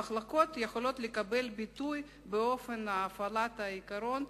המחלוקות יכולות לקבל ביטוי באופן הפעלת העיקרון,